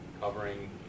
covering